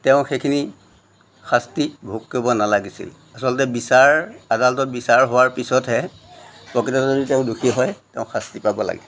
তেওঁ সেইখিনি শাস্তি ভোগ কৰিব নালাগিছিল আচলতে বিচাৰ আদালতত বিচাৰ হোৱাৰ পিছতহে প্ৰকৃততে তেওঁ দোষী হয় তেওঁ শাস্তি পাব লাগে